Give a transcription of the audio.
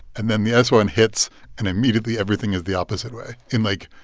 and then the s one hits and, immediately, everything is the opposite way in, like,